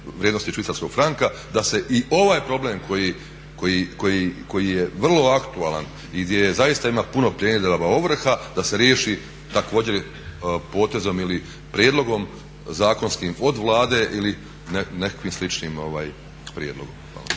da se i ovaj problem koji je vrlo aktualan i gdje zaista ima puno pljenidaba, ovrha, da se riješi također potezom ili prijedlogom zakonskim od Vlade ili nekakvim sličnim prijedlogom.